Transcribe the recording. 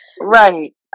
right